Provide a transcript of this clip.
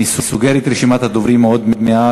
אני סוגר את רשימת הדוברים עוד מעט.